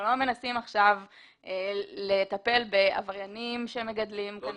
אנחנו לא מנסים עכשיו לטפל בעבריינים שמגדלים קנאביס.